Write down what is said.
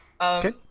Okay